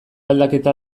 aldaketa